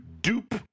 Dupe